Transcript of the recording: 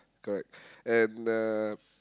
correct and uh